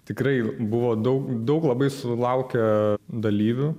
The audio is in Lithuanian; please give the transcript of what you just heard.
tikrai buvo daug daug labai sulaukę dalyvių